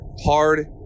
hard